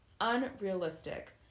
Unrealistic